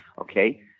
Okay